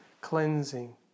cleansing